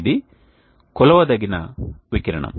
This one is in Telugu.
ఇది కొలవదగిన వికిరణం